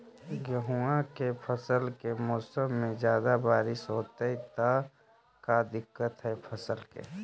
गेहुआ के फसल के मौसम में ज्यादा बारिश होतई त का दिक्कत हैं फसल के?